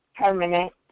permanent